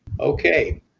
Okay